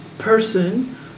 person